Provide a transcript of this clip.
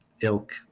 ilk